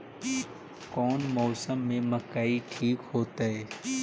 कौन मौसम में मकई ठिक होतइ?